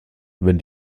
wenn